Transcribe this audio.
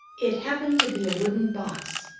it happened to be a wooden box,